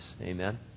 Amen